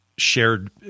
shared